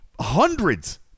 hundreds